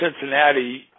Cincinnati